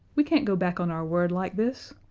we can't go back on our word like this.